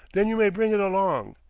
then you may bring it along.